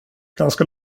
ganska